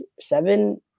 seven